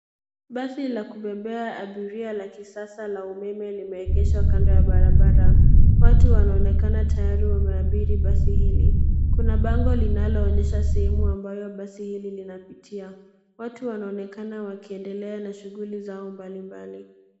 Basi la kubebea abiria la kisasa la umeme limeegeshwa kando ya barabara. Watu wanaonekana tayari wameabiri basi hili. Kuna bango linaloonyesha sehemu ambayo basi hili linapitia. Watu wanaonekana wakiendelea na shughuli zao mbalimbali.